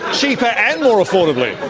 cheaper and more affordably!